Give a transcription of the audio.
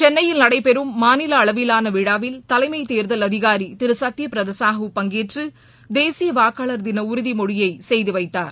சென்னையில் நடைபெற்ற மாநில அளவிவான விழாவில் தலைமை தேர்தல் அதிகாரி திரு சத்ய பிரத சாஹூ பங்கேற்று தேசிய வாக்காளர் தின உறுதிமொழியை செய்து வைத்தார்